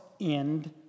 end